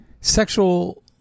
sexual